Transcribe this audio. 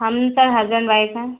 हम sir husband wife है